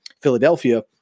Philadelphia